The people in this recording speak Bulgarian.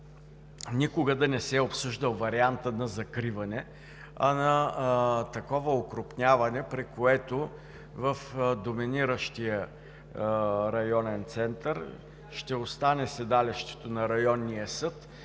никога да не се е обсъждал вариантът на закриване, на такова окрупняване, при което в доминиращия районен център ще остане седалището на районния съд,